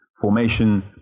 formation